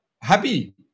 happy